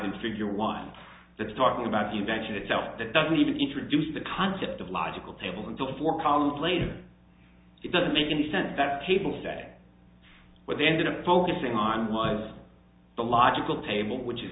in figure one that's talking about the invention itself that doesn't even introduce the concept of logical table into a four column place it doesn't make any sense that people say what they ended up focusing on was the logical table which is